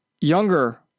younger